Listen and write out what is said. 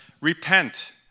Repent